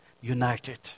united